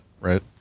right